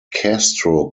castro